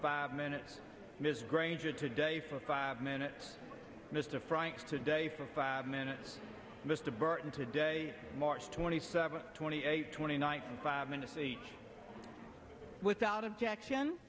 five minutes ms granger today for five minutes mr frank today for five minutes mr burton today march twenty seventh twenty eight twenty nine five minutes without objection